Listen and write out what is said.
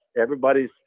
Everybody's